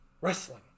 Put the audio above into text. Wrestling